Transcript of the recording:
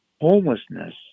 homelessness